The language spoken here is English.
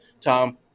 Tom